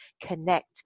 connect